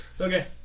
Okay